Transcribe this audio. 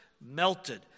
melted